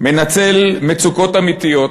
והוא מנצל מצוקות אמיתיות